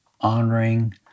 honoring